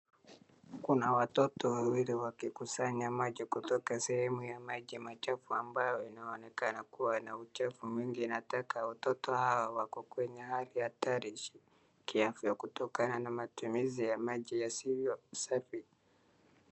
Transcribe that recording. Kuna watoto wawili wakikusanya maji kutoka sehemu ya maji machafu ambayo inaonekana kuwa na uchafu mingi na tena watoto hawa wako kwa hali hatari kiafya kutokana na matumizi ya maji yasivyo safi.